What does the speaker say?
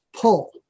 pull